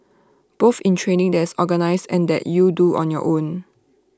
both in training that is organised and that you do on your own